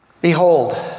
Behold